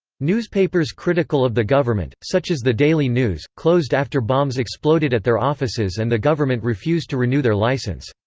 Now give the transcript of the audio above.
newspapers critical of the government, such as the daily news, closed after bombs exploded at their offices and the government refused to renew their license.